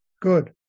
good